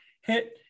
hit